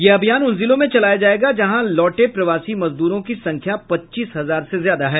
यह अभियान उन जिलों में चलाया जाएगा जहां लौटे प्रवासी मजदूरों की संख्या पच्चीस हजार से ज्यादा है